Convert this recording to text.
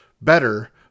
better